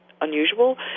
Unusual